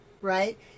right